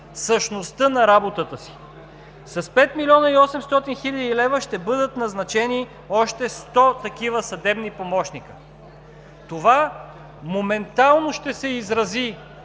същността на работата си. С 5 млн. 800 хил. лв. ще бъдат назначени още 100 такива съдебни помощници. Това моментално ще се изрази